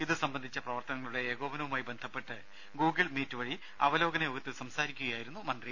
ഇതു സംബന്ധിച്ച പ്രവർത്തനങ്ങളുടെ ഏകോപനവുമായി ബന്ധപ്പെട്ട് ഗൂഗിൾ മീറ്റ് വഴി അവലോകന യോഗത്തിൽ സംസാരിക്കുകയായിരുന്നു മന്ത്രി